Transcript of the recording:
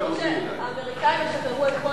בציניות אמרו שהאמריקנים ישחררו את כל,